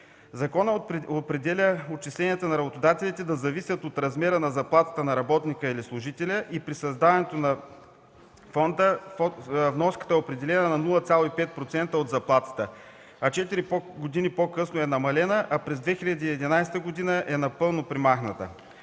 Законът определя отчисленията на работодателите да зависят от размера на заплатата на работника или служителя. При създаването на фонда вноската е определена на 0,5% от заплатата, четири години по-късно е намалена, а през 2011 г. е напълно премахната.